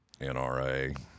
NRA